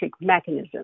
mechanism